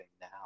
now